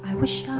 wish ah